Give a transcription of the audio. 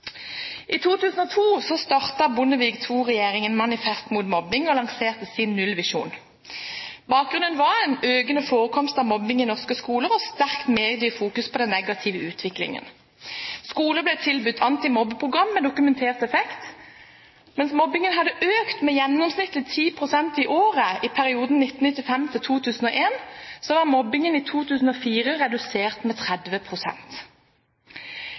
I 2002 startet Bondevik II-regjeringen Manifest mot mobbing og lanserte sin nullvisjon. Bakgrunnen var en økende forekomst av mobbing i norske skoler og sterkt mediefokus på den negative utviklingen. Skoler ble tilbudt antimobbeprogram med dokumentert effekt. Mens mobbingen hadde økt med gjennomsnittlig 10 pst. i året i perioden 1995–2001, var mobbingen i 2004 redusert med